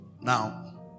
Now